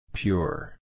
Pure